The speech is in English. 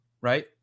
right